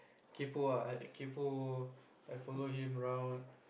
kaypoh ah kaypoh I follow him around